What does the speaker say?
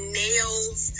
nails